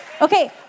Okay